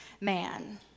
man